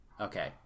Okay